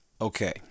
Okay